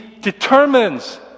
determines